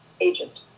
agent